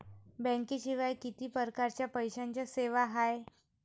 बँकेशिवाय किती परकारच्या पैशांच्या सेवा हाय?